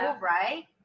right